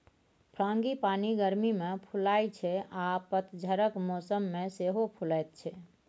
frangipani गर्मी मे फुलाइ छै आ पतझरक मौसम मे सेहो फुलाएत छै